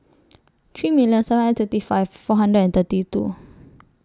three million seven hundred thirty five four hundred and thirty two